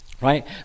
right